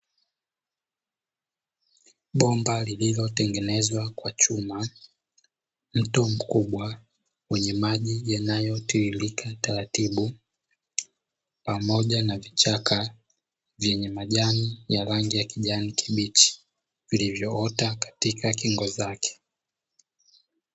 Bomba lililotengenezwa kwa chuma, mto mkubwa wenye maji yanayotiririka taratibu, pamoja na vichaka vyenye majani ya rangi ya kijani kibichi vilivyoota katika kingo zake.